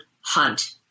Hunt